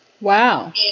Wow